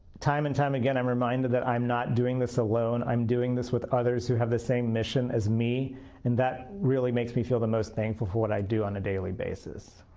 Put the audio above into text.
time and time again i'm reminded that i'm not doing this alone. i'm doing this with others who have the same mission as me and that really makes me feel the most thankful for what i do on a daily basis.